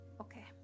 Okay